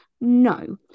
No